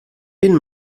bin